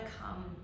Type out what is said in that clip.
come